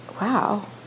wow